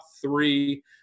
three